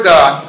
God